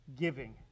giving